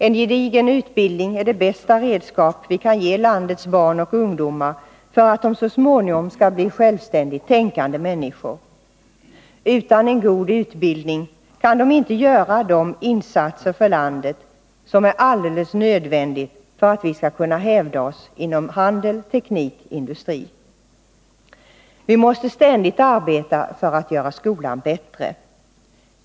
En gedigen utbildning är det bästa redskap vi kan ge landets barn och ungdomar för att de så småningom skall bli självständigt tänkande människor. Utan en god utbildning kan vi inte göra de insatser för landet som är alldeles nödvändiga för att vi skall kunna hävda oss inom handel, teknik och industri. Vi måste ständigt arbeta för att göra skolan bättre.